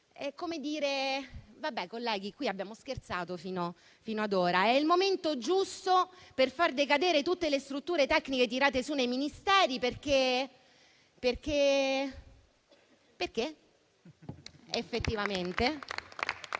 è il momento giusto per far decadere tutte le strutture tecniche tirate su nei Ministeri perché...».